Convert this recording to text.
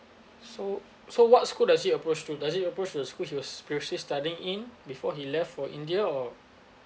so so what school does he approach to does he approach to the school he was previously studying in before he left for india or